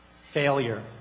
failure